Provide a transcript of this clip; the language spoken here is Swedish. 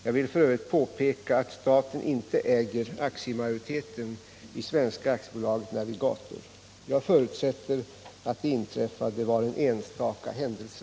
Jag vill f. ö. påpeka att staten inte äger aktiemajoriteten i Svenska AB Navigator. Jag förutsätter att det inträffade var en enstaka händelse.